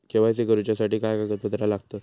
KYC करूच्यासाठी काय कागदपत्रा लागतत?